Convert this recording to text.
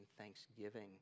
thanksgiving